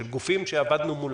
של גופים שעבדנו מולם.